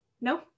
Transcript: no